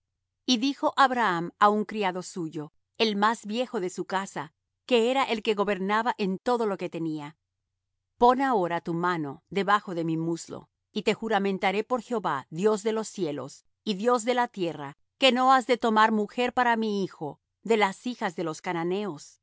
y dijo abraham á un criado suyo el más viejo de su casa que era el que gobernaba en todo lo que tenía pon ahora tu mano debajo de mi muslo y te juramentaré por jehová dios de los cielos y dios de la tierra que no has de tomar mujer para mi hijo de las hijas de los cananeos